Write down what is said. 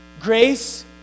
grace